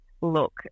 Look